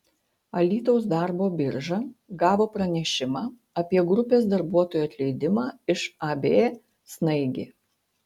alytaus darbo birža gavo pranešimą apie grupės darbuotojų atleidimą iš ab snaigė